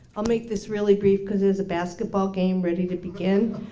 i'll make this really brief because there's a basketball game ready to begin.